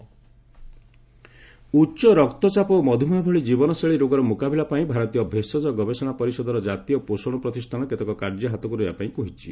nutrition week ଉଚ୍ଚ ରକ୍ତଚାପ ଓ ମଧ୍ରମେହ ଭଳି ଜୀବନଶୈଳୀ ରୋଗର ମ୍ରକାବିଲା ପାଇଁ ଭାରତୀୟ ଭେସଜ ଗବେଷଣା ପରିଷଦର ଜାତୀୟ ପୋଷଣ ପ୍ରତିଷ୍ଠାନ କେତେକ କାର୍ଯ୍ୟ ହାତକୁ ନେବା ପାଇଁ ଯାଉଛି